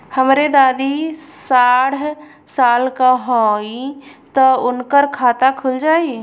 हमरे दादी साढ़ साल क हइ त उनकर खाता खुल जाई?